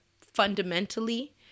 fundamentally